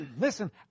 listen